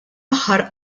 aħħar